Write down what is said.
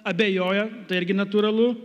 abejoja tai irgi natūralu